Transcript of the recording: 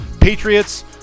Patriots